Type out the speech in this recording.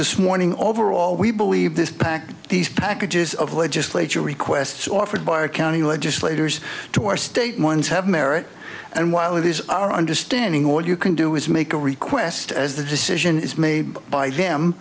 this morning overall we believe this package these packages of legislature requests offered by our county legislators to our state ones have merit and while it is our understanding or you can do is make a request as the decision is made by them